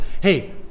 hey